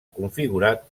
configurar